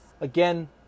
Again